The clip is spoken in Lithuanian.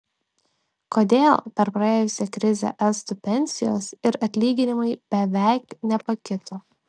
kodėl per praėjusią krizę estų pensijos ir atlyginimai beveik nepakito